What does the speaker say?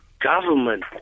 government